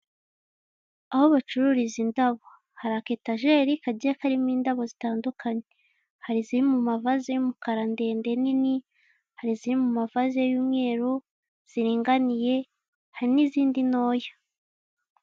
Aho bacururiza indabo hari aketajeri kagiye karimo indabo zitandukanye, hari iziri mu mavaze y'umukara ndende nini hari iziri mu mavase y'umweru ziringaniye, hari n'izindi ntoya.